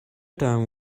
time